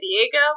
Diego